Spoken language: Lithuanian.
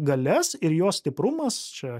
galias ir jo stiprumas čia